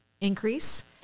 increase